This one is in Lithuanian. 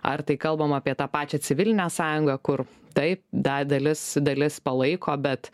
ar tai kalbam apie tą pačią civilinę sąjungą kur taip da dalis dalis palaiko bet